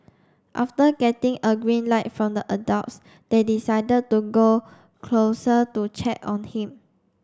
after getting a green light from the adults they decided to go closer to check on him